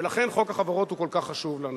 ולכן חוק החברות הוא כל כך חשוב לנו.